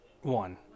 one